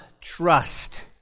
trust